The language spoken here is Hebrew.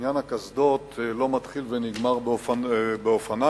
עניין הקסדות לא מתחיל ונגמר באופניים.